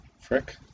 frick